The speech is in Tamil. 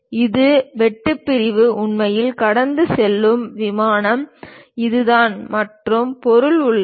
இந்த வெட்டு பிரிவு உண்மையில் கடந்து செல்லும் விமானம் இதுதான் மற்றும் பொருள் உள்ளது